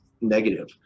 negative